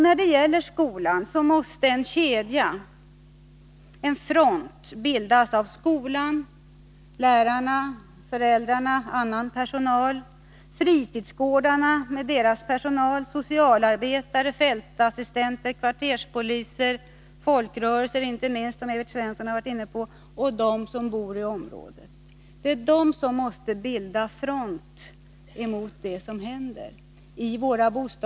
När det gäller skolan måste en kedja bildas av lärare och annan personal, föräldrar, fritidsgårdar med deras personal, socialarbetare, fältassistenter, kvarterspoliser, folkrörelser inte minst — som Evert Svensson varit inne på — och dem som bor i områdena. Det måste skapas en front mot vad som händer.